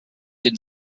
den